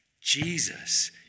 Jesus